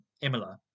Imola